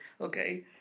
okay